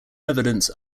evidence